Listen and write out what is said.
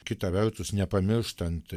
kita vertus nepamirštant